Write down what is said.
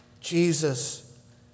Jesus